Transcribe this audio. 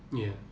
ya